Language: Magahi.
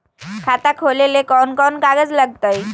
खाता खोले ले कौन कौन कागज लगतै?